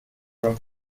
room